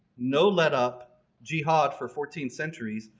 no let-up jihad for fourteen centuries,